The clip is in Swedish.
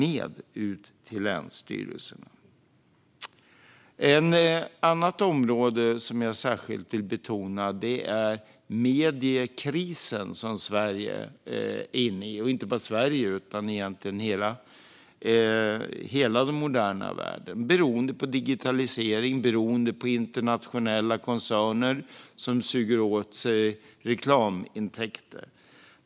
Ett annat område som jag särskilt vill betona är mediekrisen i Sverige, eller egentligen inte bara i Sverige utan i hela den moderna världen. Den beror på digitalisering och på internationella koncerner, som suger åt sig reklamintäkter.